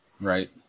right